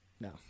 No